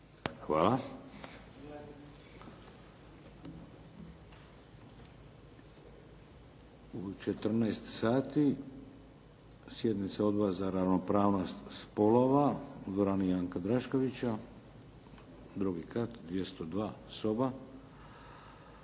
Hvala. U 14 sati sjednica Odbora za ravnopravnost spolova u dvorani Janka Draškovića, 2 kat, 202 soba.